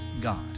God